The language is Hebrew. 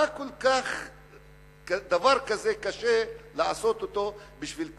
מה כל כך קשה לעשות דבר כזה בשביל קצת